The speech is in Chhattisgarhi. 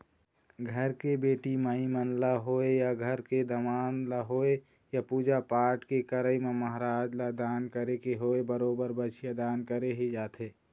घर के बेटी माई मन ल होवय या घर के दमाद ल होवय या पूजा पाठ के करई म महराज ल दान करे के होवय बरोबर बछिया दान करे ही जाथे